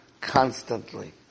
constantly